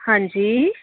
ਹਾਂਜੀ